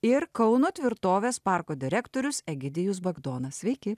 ir kauno tvirtovės parko direktorius egidijus bagdonas sveiki